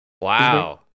Wow